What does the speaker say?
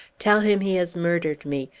tell him he has murdered me!